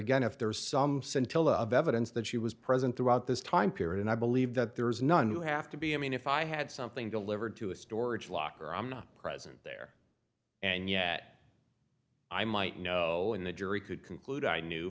again if there is some scintilla of evidence that she was present throughout this time period and i believe that there is none you have to be i mean if i had something to live or to a storage locker i'm not present there and yet i might know in a jury could conclude i knew